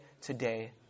today